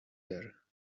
there